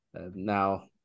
Now